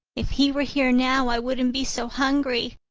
if he were here now, i wouldn't be so hungry!